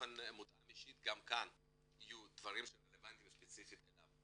ובתוכן מותאם אישית גם כאן יהיו דברים שרלבנטיים ספציפית אליו,